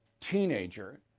teenager